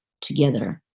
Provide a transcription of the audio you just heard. together